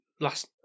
last